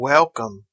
Welcome